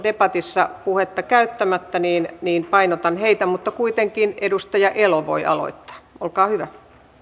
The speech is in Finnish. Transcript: debatissa puheenvuoro käyttämättä niin niin painotan heitä mutta kuitenkin edustaja elo voi aloittaa olkaa hyvä